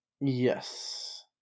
Yes